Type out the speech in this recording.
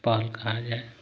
पहल कहा जाए